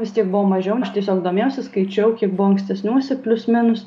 vis tiek buvo mažiau aš tiesiog domėjausi skaičiau kiek buvo ankstesniuose plius minus